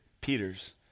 Peter's